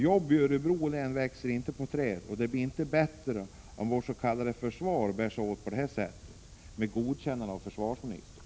Jobben i Örebro län växer inte på träd, och det blir inte bättre om vårt s.k. försvar bär sig åt på detta sätt med försvarsministerns godkännande.